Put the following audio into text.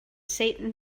satan